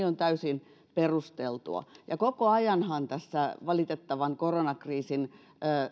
on mielestäni täysin perusteltua koko ajanhan tässä valitettavan koronakriisin